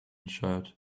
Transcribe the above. shirt